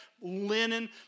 linen